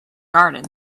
garden